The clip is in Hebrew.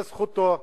זו זכותו.